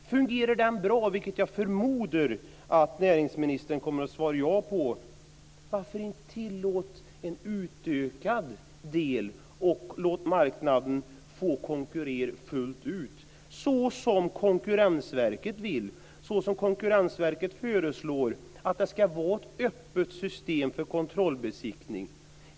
Fungerar den bra? Jag förmodar att näringsministern kommer att svara ja på det. Varför inte tillåta en utökad del och låta marknaden få konkurrera fullt ut, såsom Konkurrensverket vill, såsom Konkurrensverket föreslår, att det ska vara ett öppet system för kontrollbesiktning?